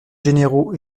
généraux